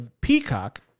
Peacock